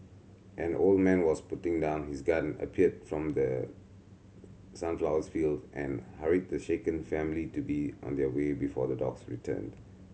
an old man was putting down his gun appeared from the sunflower field and hurried the shaken family to be on their way before the dogs returned